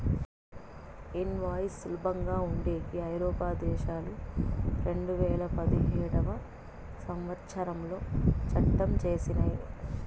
invoice సులభంగా ఉండేకి ఐరోపా దేశాలు రెండువేల పదిహేడవ సంవచ్చరంలో చట్టం చేసినయ్